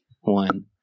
one